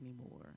anymore